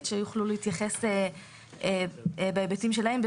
שבמידת הצורך יוכלו להתייחס בהיבטים שלהן.